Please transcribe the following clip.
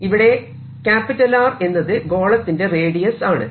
ഇവിടെ R എന്നത് ഗോളത്തിന്റെ റേഡിയസ് ആണ്